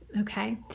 Okay